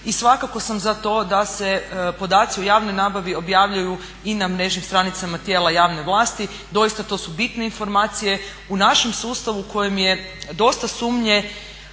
i svakako sam za to da se podaci u javnoj nabavi objavljuju i na mrežnim stanicama tijela javne vlasti. Doista, to su bitne informacije u našem sustavu kojem je dosta sumnje